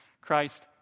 Christ